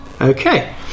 okay